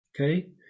Okay